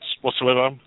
whatsoever